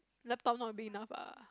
laptop not big enough ah